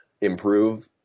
improve